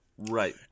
Right